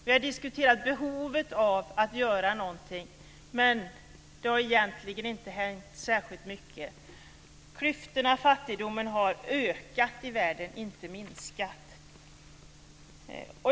Vi har diskuterat behovet av att göra någonting, men det har egentligen inte hänt särskilt mycket. Klyftorna och fattigdomen har ökat i världen, inte minskat.